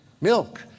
milk